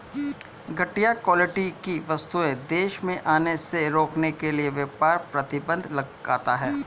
घटिया क्वालिटी की वस्तुएं देश में आने से रोकने के लिए व्यापार प्रतिबंध लगता है